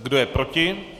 Kdo je proti?